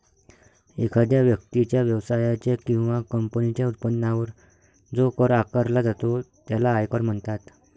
एखाद्या व्यक्तीच्या, व्यवसायाच्या किंवा कंपनीच्या उत्पन्नावर जो कर आकारला जातो त्याला आयकर म्हणतात